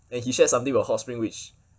and he shared something about hot spring which